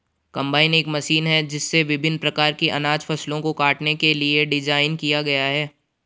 combine एक मशीन है जिसे विभिन्न प्रकार की अनाज फसलों को काटने के लिए डिज़ाइन किया गया है